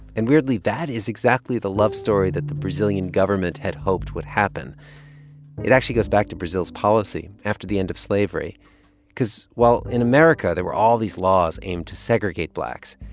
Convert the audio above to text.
and weirdly, that is exactly the love story that the brazilian government had hoped would happen it actually goes back to brazil's policy after the end of slavery because, while in america, there were all these laws aimed to segregate blacks,